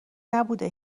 نبوده